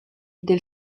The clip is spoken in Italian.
del